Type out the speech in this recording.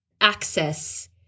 access